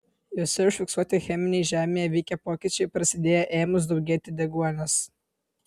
juose užfiksuoti cheminiai žemėje vykę pokyčiai prasidėję ėmus daugėti deguonies